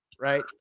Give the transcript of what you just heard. right